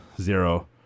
Zero